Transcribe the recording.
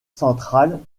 centrale